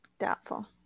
doubtful